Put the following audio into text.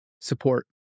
support